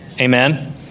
amen